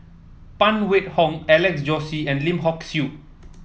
Phan Wait Hong Alex Josey and Lim Hock Siew